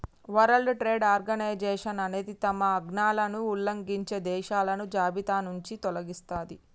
world trade organisation అనేది తమ ఆజ్ఞలను ఉల్లంఘించే దేశాలను జాబితానుంచి తొలగిస్తది